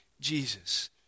Jesus